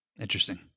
interesting